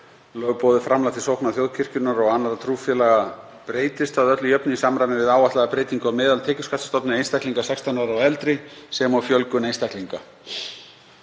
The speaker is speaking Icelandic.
Lögboðið framlag til sókna þjóðkirkjunnar og annarra trúfélaga breytist að öllu jöfnu í samræmi við áætlaða breytingu á meðaltekjuskattsstofni einstaklinga 16 ára og eldri, sem og fjölgun einstaklinga.